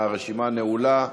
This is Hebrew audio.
הרשימה נעולה,